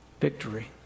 victory